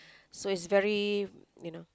so is very you know